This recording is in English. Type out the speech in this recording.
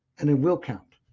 and it will count.